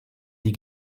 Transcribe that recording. die